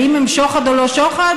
האם הם שוחד או לא שוחד?